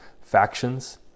factions